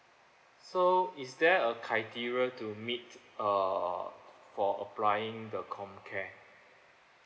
so is there a criteria to meet uh for applying the comcare